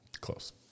close